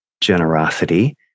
generosity